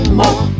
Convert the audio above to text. more